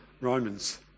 Romans